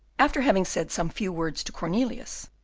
after having said some few words to cornelius,